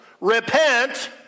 repent